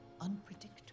unpredictable